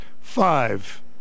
Five